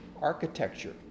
architecture